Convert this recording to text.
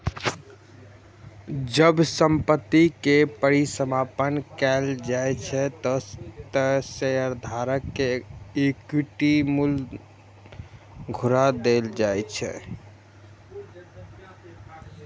जब संपत्ति के परिसमापन कैल जाइ छै, ते शेयरधारक कें इक्विटी मूल्य घुरा देल जाइ छै